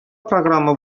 программа